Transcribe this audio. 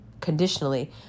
conditionally